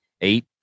Eight